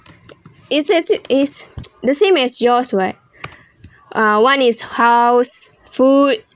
it says it is the same as yours [what] uh one is house food